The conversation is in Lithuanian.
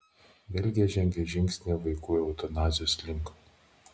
belgija žengė žingsnį vaikų eutanazijos link